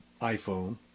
iPhone